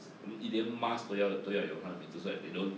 一言 mask 都要都要有她的名字 so that they don't